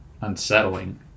Unsettling